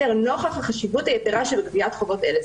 נוכח החשיבות היתרה של גביית חובות אלה.